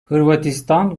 hırvatistan